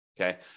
okay